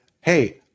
hey